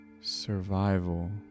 survival